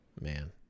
Man